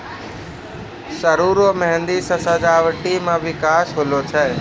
सरु रो मेंहदी से सजावटी मे बिकास होलो छै